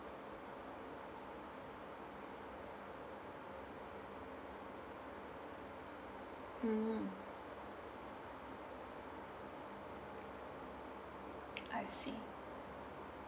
mm I see